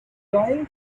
dying